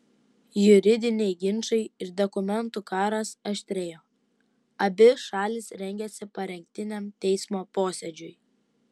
juridiniai ginčai ir dokumentų karas aštrėjo abi šalys rengėsi parengtiniam teismo posėdžiui